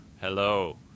Hello